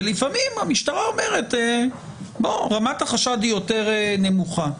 ולפעמים המשטרה אומרת: רמת החשד היא יותר נמוכה.